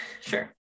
Sure